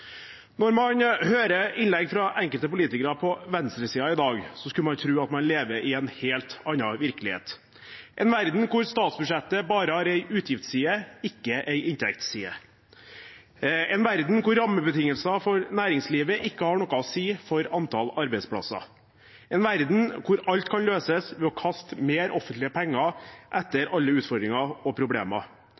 Når man hører innlegg fra enkelte politikere på venstresiden i dag, skulle man tro at man lever i en helt annen virkelighet – en verden hvor statsbudsjettet bare har en utgiftsside, ikke en inntektsside, en verden hvor rammebetingelser for næringslivet ikke har noe å si for antall arbeidsplasser, en verden hvor alt kan løses ved å kaste mer offentlige penger etter alle utfordringer og problemer.